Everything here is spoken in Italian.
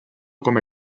come